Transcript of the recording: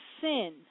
sin